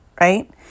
right